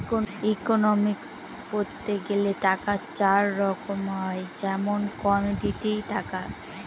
economics পড়তে গেলে টাকা চার রকম হয় যেমন কমোডিটি টাকা